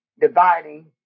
dividing